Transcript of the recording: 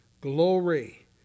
glory